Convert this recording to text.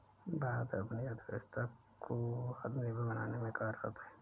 भारत अपनी अर्थव्यवस्था को आत्मनिर्भर बनाने में कार्यरत है